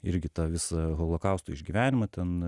irgi tą visą holokausto išgyvenimą ten